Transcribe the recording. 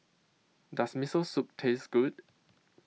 Does Miso Soup Taste Good